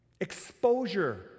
Exposure